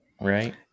right